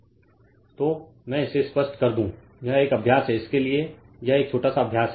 Refer Slide Time 2257 तो मैं इसे स्पष्ट कर दूं यह एक अभ्यास है इसके लिए यह एक छोटा सा अभ्यास है